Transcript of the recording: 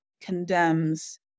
condemns